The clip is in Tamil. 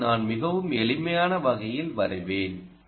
எனவே நான் மிகவும் எளிமையான வகையில் வரைவேன்